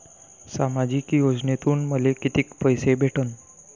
सामाजिक योजनेतून मले कितीक पैसे भेटन?